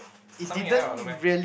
something like that what no meh